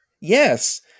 Yes